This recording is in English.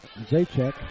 Zaychek